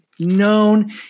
known